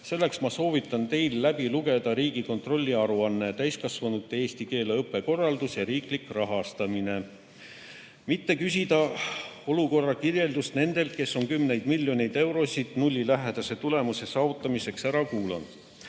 keeleõppega, soovitan teil läbi lugeda Riigikontrolli aruanne "Täiskasvanute eesti keele õppe korraldus ja riiklik rahastamine", mitte küsida olukorra kirjeldust nendelt, kes on kümneid miljoneid eurosid nullilähedase tulemuse saavutamiseks ära kulutanud.